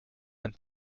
and